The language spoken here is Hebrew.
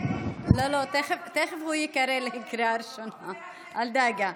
תכף הוא ייקרא בקריאה ראשונה, אל דאגה.